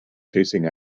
chasing